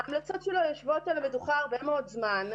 ההמלצות שלו יושבות על המדוכה הרבה מאוד זמן,